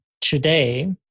today